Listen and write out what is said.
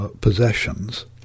Possessions